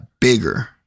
bigger